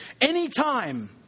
Anytime